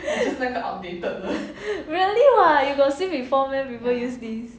really [what] you got see before meh people use this